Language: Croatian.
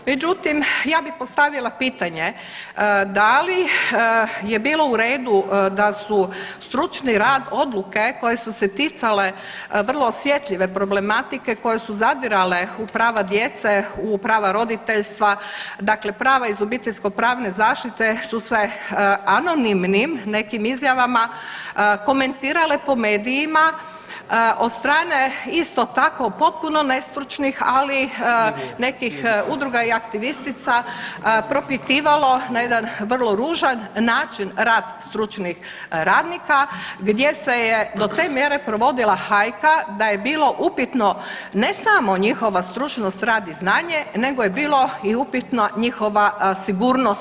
Međutim, ja bi postavila pitanje, da li je bilo u redu da su stručni rad odluke koje su se ticale vrlo osjetljive problematike koje su zadirale u prava djeca, u prava roditeljstva dakle prava iz obiteljsko pravne zaštite su se anonimnim nekim izjavama komentirale po medijima od strane isto tako potpuno nestručnih, ali nekih udruga i aktivistica, propitivalo na jedan vrlo ružan način rad stručnih radnika gdje se je do te mjere provodila hajka da je bilo upitno ne samo njihova stručnost, rad i znanje nego je bilo i upitna njihova sigurnost.